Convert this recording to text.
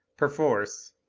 perforce,